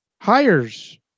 hires